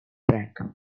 track